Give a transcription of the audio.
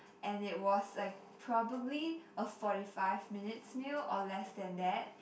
and it was like probably a forty five minutes meal or less than that